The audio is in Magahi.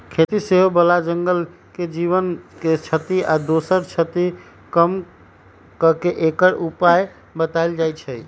खेती से होय बला जंगल के जीव के क्षति आ दोसर क्षति कम क के एकर उपाय् बतायल जाइ छै